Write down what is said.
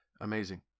Amazing